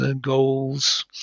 goals